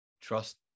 trust